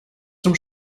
zum